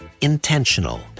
intentional